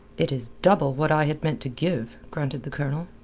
it is double what i had meant to give, grunted the colonel.